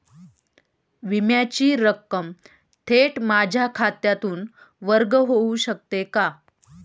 विम्याची रक्कम थेट माझ्या खात्यातून वर्ग होऊ शकते का?